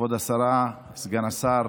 כבוד השרה, סגן השר,